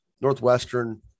northwestern